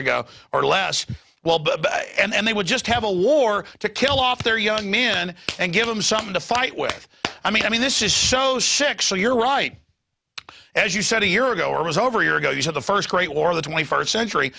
ago or less well and they would just have a war to kill off their young men and give them something to fight with i mean i mean this is so sick so you're right as you said a year ago it was over your go to the first grade or the twenty first century